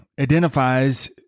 identifies